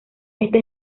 esta